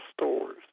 stores